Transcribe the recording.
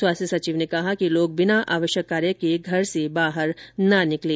स्वास्थ्य सचिव ने कहा कि लोग बिना आवश्यक कार्य के घर ने बाहर न निकलें